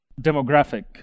demographic